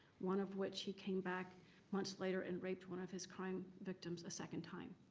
one of which he came back much later and raped one of his crime victims a second time.